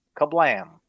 Kablam